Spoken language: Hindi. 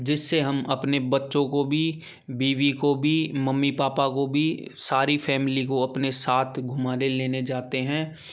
जिससे हम अपने बच्चों को भी बीवी को भी मम्मी पापा को भी सारी फैमिली को अपने साथ घूमाने लेने जाते हैं